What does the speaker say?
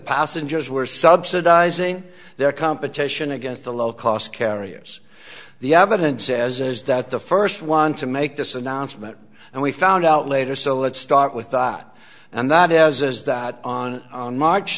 passengers were subsidizing their competition against the low cost carriers the evidence as is that the first one to make this announcement and we found out later so let's start with that and that as as that on on march